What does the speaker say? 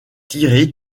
tirée